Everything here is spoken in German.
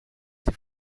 sie